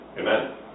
Amen